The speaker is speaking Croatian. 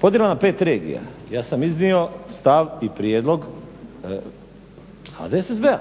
Podjela na pet regija, ja sam iznio stav i prijedlog HDSSB-a.